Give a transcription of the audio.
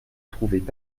trouvaient